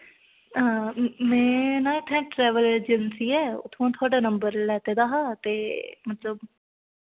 हां में ना इत्थै ट्रैवल अजेंसी ऐ उत्थुआं थोआढ़ा नंबर लैते दा हा ते मतलब